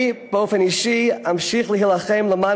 אני אמשיך באופן אישי אמשיך להילחם למען